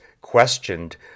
questioned